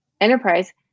Enterprise